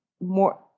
more